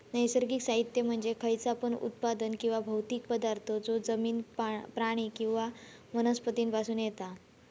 नैसर्गिक साहित्य म्हणजे खयचा पण उत्पादन किंवा भौतिक पदार्थ जो जमिन, प्राणी किंवा वनस्पती पासून येता